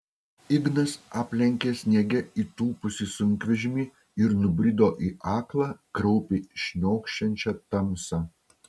ignas aplenkė sniege įtūpusį sunkvežimį ir nubrido į aklą kraupiai šniokščiančią tamsą